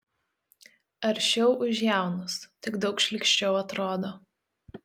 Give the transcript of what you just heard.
aršiau už jaunus tik daug šlykščiau atrodo